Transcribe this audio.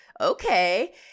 okay